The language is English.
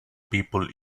people